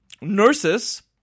nurses